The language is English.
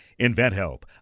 InventHelp